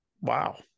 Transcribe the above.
wow